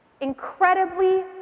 Incredibly